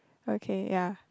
okay ya